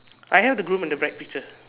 I have the groom and the bride picture